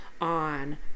on